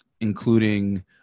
including